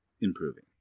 improving